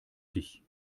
dich